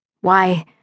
Why